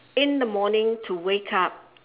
in the morning to wake up